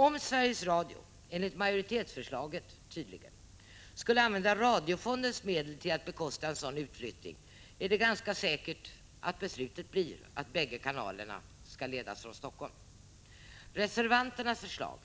Om Sveriges Radio — vilket majoriteten föreslår — skulle använda radiofondens medel till att bekosta en sådan utflyttning, är det ganska säkert att beslutet blir att bägge kanalerna skall ledas från Helsingfors. Reservanternas förslag